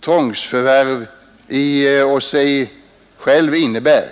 tvångsförvärv i sig självt innebär.